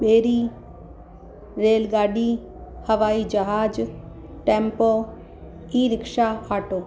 ॿेड़ी रेल गाॾी हवाई जहाज टैम्पो ई रिक्शा आटो